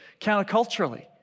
counterculturally